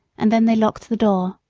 and then they locked the door.